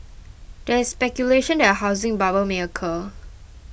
there is speculation that a housing bubble may occur